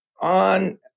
on